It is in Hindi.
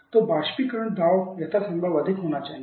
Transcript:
तो बाष्पीकरण दाब यथासंभव अधिक होना चाहिए